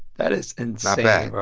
that is insane.